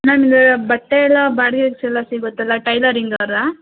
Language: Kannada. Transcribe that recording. ನಮಗೆ ಬಟ್ಟೆಯಲ್ಲ ಬಾಡ್ಗೆಗೆ ಚಲೋ ಸಿಗುತ್ತಲ್ಲ ಟೈಲರಿಂಗ್ ಅವರಾ